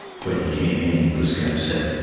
when he came in, glooskap said,